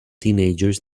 teenagers